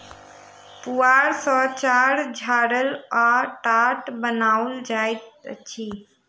पुआर सॅ चार छाड़ल आ टाट बनाओल जाइत अछि